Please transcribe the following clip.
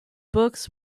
books